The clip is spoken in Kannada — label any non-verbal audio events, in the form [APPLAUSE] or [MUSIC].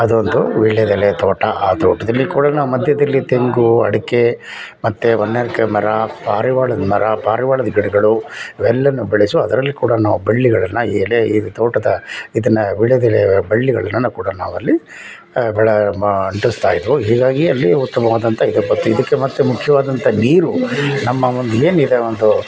ಅದೊಂದು ವೀಳ್ಯದೆಲೆ ತೋಟ ಆ ತೋಟದಲ್ಲಿ ಕೂಡ ನಾವು ಮಧ್ಯದಲ್ಲಿ ತೆಂಗು ಅಡಿಕೆ ಮತ್ತು ವನ್ನಲ್ಕೆ ಮರ ಪರಿವಾಳದ ಮರ ಪಾರಿವಾಳದ ಗಿಡಗಳು ಇವೆಲ್ಲವನ್ನು ಬೆಳೆಸುವ ಅದರಲ್ಲಿ ಕೂಡ ನಾವು ಬಳ್ಳಿಗಳನ್ನು ಈ ಎಲೆ ಇದು ತೋಟದ ಇದನ್ನು ವೀಳ್ಯದೆಲೆ ಬಳ್ಳಿಗಳನ್ನು ಕೂಡ ನಾವು ಅಲ್ಲಿ ಬೆಳೆ ಮಾ ಅಂಟಿಸ್ತಾ ಇದ್ವು ಹೀಗಾಗಿ ಅಲ್ಲಿ ಉತ್ತಮವಾದಂಥ [UNINTELLIGIBLE] ಇದಕ್ಕೆ ಮತ್ತು ಮುಖ್ಯವಾದಂಥ ನೀರು ನಮ್ಮ ಒಂದು ಏನಿದೆ ಒಂದು